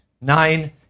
nine